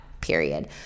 period